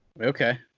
Okay